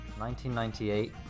1998